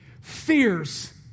fears